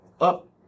up